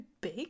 big